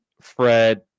Fred